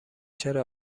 چرا